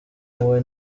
uwe